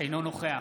אינו נוכח